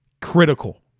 critical